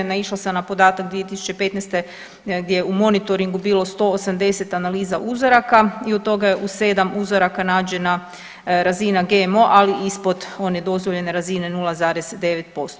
Naišla sam na podatak 2015. gdje je u monitoringu bilo 180 analiza uzoraka i od toga je u 7 uzoraka nađena razina GMO, ali ispod one dozvoljene razine 0,9%